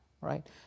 right